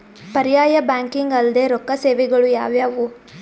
ಪರ್ಯಾಯ ಬ್ಯಾಂಕಿಂಗ್ ಅಲ್ದೇ ರೊಕ್ಕ ಸೇವೆಗಳು ಯಾವ್ಯಾವು?